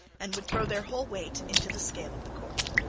and would throw their whole weight into the scale of the court.